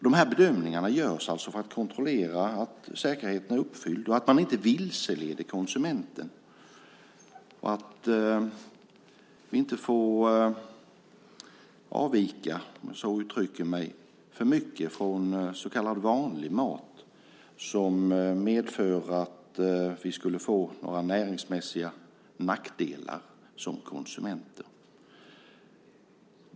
De här bedömningarna görs alltså för att kontrollera att säkerheten är uppfylld och att man inte vilseleder konsumenten. Vi får inte avvika, om jag uttrycker mig så, för mycket från så kallad vanlig mat så att det medför att vi får näringsmässiga nackdelar som konsumenter.